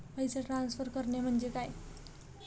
पैसे ट्रान्सफर करणे म्हणजे काय?